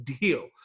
deal